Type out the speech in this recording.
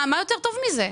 מה יותר טוב מזה?